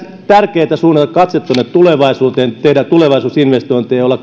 tärkeätä suunnata katse tuonne tulevaisuuteen tehdä tulevaisuusinvestointeja joilla